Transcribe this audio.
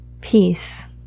peace